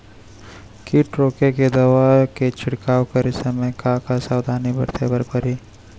किट रोके के दवा के छिड़काव करे समय, का का सावधानी बरते बर परही?